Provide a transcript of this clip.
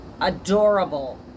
adorable